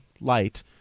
light